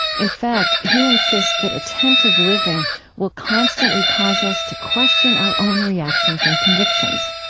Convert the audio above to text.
in fact, he insists that attentive living will constantly cause us to question our own reactions and convictions.